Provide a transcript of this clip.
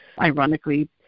ironically